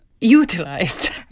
utilized